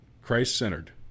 Christ-centered